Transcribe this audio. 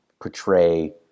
portray